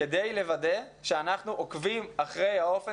כדי לוודא שאנחנו עוקבים אחרי האופן